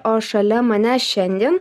o šalia manęs šiandien